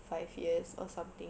five years or something